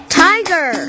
tiger